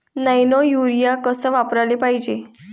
Nano urea कस वापराले पायजे?